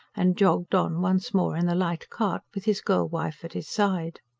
and jogged on once more, in the light cart, with his girl-wife at his side.